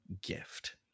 gift